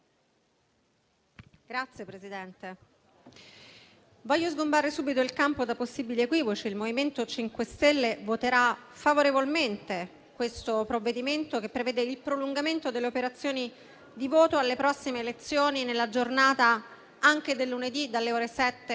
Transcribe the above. Signor Presidente, voglio sgombrare subito il campo da possibili equivoci: il MoVimento 5 Stelle voterà favorevolmente questo provvedimento che prevede il prolungamento delle operazioni di voto alle prossime elezioni anche nella giornata del lunedì dalle ore 7